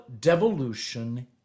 devolution